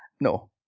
no